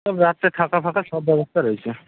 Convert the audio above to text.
সব রাত্রে থাকা ফাকা সব ব্যবস্থা রয়েছে